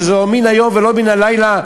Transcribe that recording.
שזה לא מן היום ולא מן הלילה,